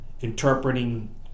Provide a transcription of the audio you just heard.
interpreting